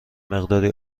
مقداری